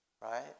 right